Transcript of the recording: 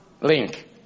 link